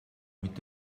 mit